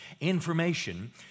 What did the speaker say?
information